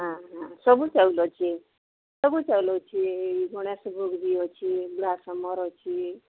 ହଁ ସବୁ ଚାଉଲ୍ ଅଛି ସବୁ ଚାଉଲ୍ ଅଛି ଏଇଭଳିଆ ସବୁ ବି ଅଛି